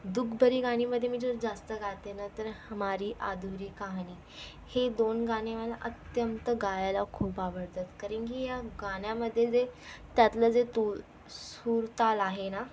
दुखभरी गाणीमधे मी जर जास्त गाते ना तर हमारी अधुरी कहानी हे दोन गाणी मला अत्यंत गायला खूप आवडतात कारण की ह्या गाण्यामधे जे त्यातले जे तूर सूर ताल आहे ना